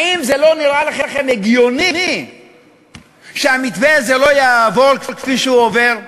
האם לא נראה לכם הגיוני שהמתווה הזה לא יעבור כפי שהוא עובר?